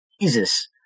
Jesus